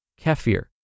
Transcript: kefir